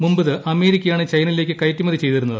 മുമ്പ് ഇത് അമേരിക്കയാണ് ചൈനയി ലേയ്ക്ക് കയറ്റുമതി ചെയ്തിരുന്നത്